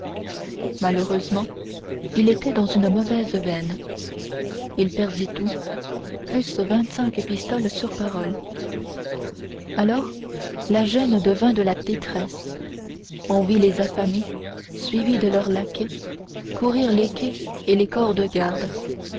malheureusement il était dans une mauvaise veine il perdit tout plus vingt-cinq pistoles sur parole alors la gêne devint de la détresse on vit les affamés suivis de leurs laquais courir les quais et les corps de garde